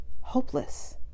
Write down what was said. hopeless